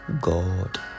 God